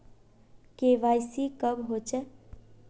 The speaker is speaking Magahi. के.वाई.सी कब होचे?